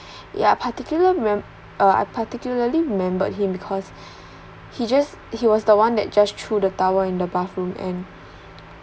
ya particularly remem~ uh I particularly remembered him because he just he was the one that just threw the towel in the bathroom and